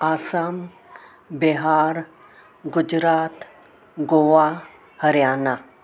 Assam Bihar Gujarat Goa Haryana